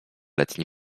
letni